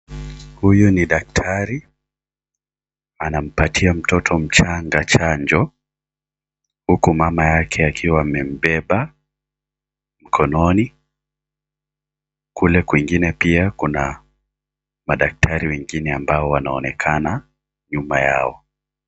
Huyu ni daktari, anapatia mtoto mchanga chanjo, huku mama yake akiwa amembeba mkononi. Kule kwingine pia kuna madaktari wengine ambao wanaonekana, nyuma yao.